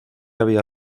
había